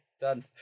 Done